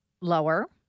lower